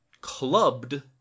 clubbed